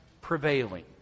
prevailing